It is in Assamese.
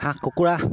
হাঁহ কুকুৰা